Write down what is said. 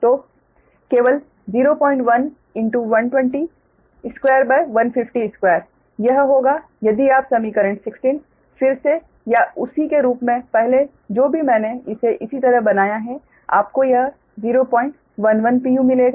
तो केवल 012 यह होगा यदि आप समीकरण 16 फिर से या उसी के रूप में पहले जो भी मैंने इसे इसी तरह बनाया है आपको यह 011 pu मिलेगा